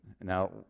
Now